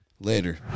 Later